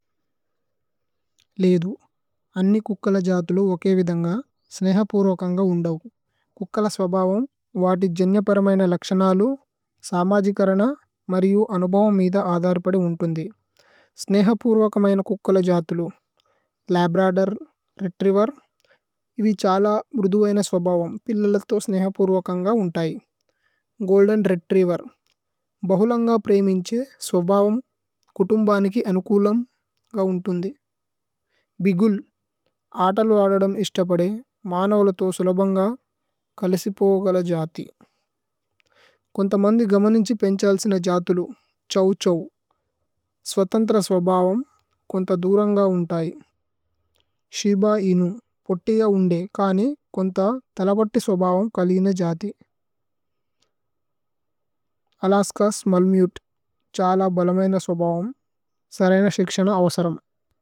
അന്നി കുക്കല ജഥുലു ഓകേ വിദന്ഗ സ്നേഹപുര്വകന്ഗ। ഉന്ദവു കുക്കല സ്വബവമ് വതി ജന്യപരമയന। ലക്ശനലു സമജികരന മരിയു അനുബവമ് മിഥ। ആദരിപദേ ഉന്തുന്ദി സ്നേഹപുര്വകമയന കുക്കല। ജഥുലു ലബ്രദോര് രേത്രിഏവേര് ഇവി ഛല മുര്ദുവയന। സ്വബവമ് പില്ലലഥോ സ്നേഹപുര്വകന്ഗ ഉന്തയി ഗോല്ദേന് രേത്രിഏവേര് ബഹുലന്ഗ പ്രേമിന്ഛു സ്വബവമ്। കുതുമ്ബനകി അനുകൂലമ്ഗ ഉന്തുന്ദി ഭിഗുല് ആതലു। ആദദമ് ഇശ്തപദേ മാനവല തോ സുലബന്ഗ। കലസിപോഗല ജഥി കോന്ത മന്ദി ഗമനിന്ഛു। പേന്ഛാല്സിന ജഥുലു ഛ്ഹോവ് ഛ്ഹോവ് സ്വതന്ത്ര। സ്വബവമ് കോന്ത ദുരന്ഗ ഉന്തയി ശേബ ഇനു। പോത്തിയ ഉന്ദേ കനി കോന്ത തലപത്തി സ്വബവമ്। കലിന ജഥി അലസ്ക സ്മല്ല് മുതേ ഛല। ബലമയന സ്വബവമ്, സരയന ശിക്ശന അവസരമ്।